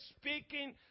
speaking